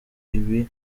ibi